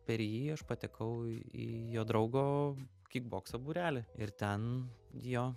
per jį aš patekau į jo draugo kikbokso būrelį ir ten jo